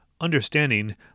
Understanding